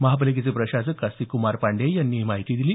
महापालिकेचे प्रशासक अस्तिकक्मार पांडेय यांनी ही माहिती दिली